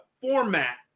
format